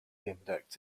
index